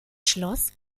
schloss